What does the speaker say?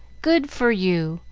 good for you!